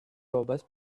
robust